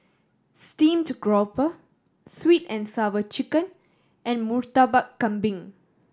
steamed grouper Sweet And Sour Chicken and Murtabak Kambing